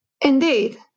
Indeed